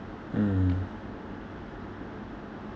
mm